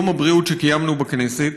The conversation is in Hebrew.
יום הבריאות שקיימנו בכנסת,